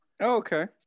Okay